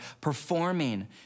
performing